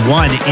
one